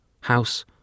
House